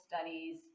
studies